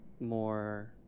more